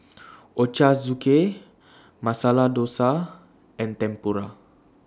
Ochazuke Masala Dosa and Tempura